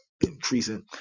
increasing